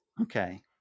Okay